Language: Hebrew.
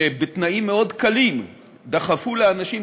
שבתנאים מאוד קלים דחפו לאנשים,